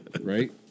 right